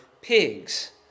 pigs